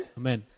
amen